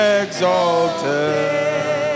exalted